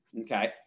Okay